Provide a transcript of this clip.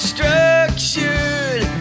Structured